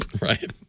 Right